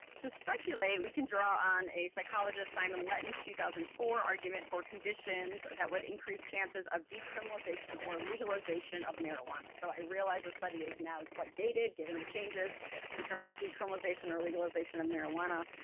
to speculate, we can draw on a psychologist simon letin's two thousand and four argument for conditions that would increase chances of decriminalization or legalization of marijuana. so i realize the study is now quite dated given the changes in terms of decriminalization or legalization of marijuana,